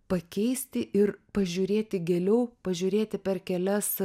pakeisti ir pažiūrėti giliau pažiūrėti per kelias